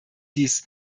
dies